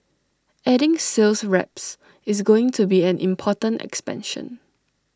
adding sales reps is going to be an important expansion